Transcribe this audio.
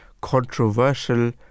controversial